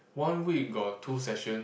one week got two session